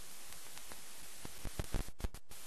אחרת, מדינה פלסטינית, יושב-ראש